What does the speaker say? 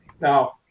now